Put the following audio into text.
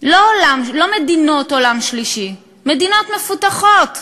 לא מדינות עולם שלישי, מדינות מפותחות.